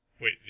Wait